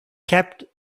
kept